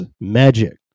Magic